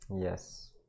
Yes